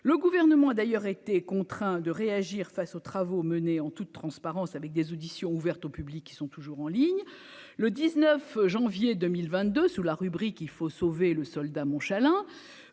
le gouvernement a d'ailleurs été contraint de réagir face aux travaux menés en toute transparence avec des auditions, ouvertes au public, ils sont toujours en ligne le 19 janvier 2022 sous la rubrique il faut sauver le soldat Montchalin,